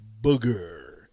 booger